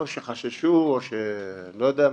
או שחששו, או שלא יודע מה.